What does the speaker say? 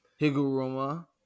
Higuruma